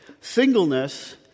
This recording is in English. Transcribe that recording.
Singleness